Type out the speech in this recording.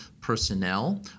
personnel